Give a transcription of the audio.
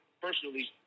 personally